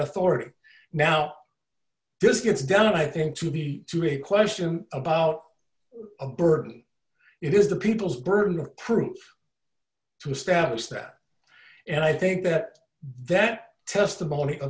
authority now this gets done i think to be to a question about a burden it is the people's burden of proof to establish that and i think that that testimony of